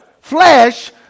flesh